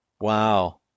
Wow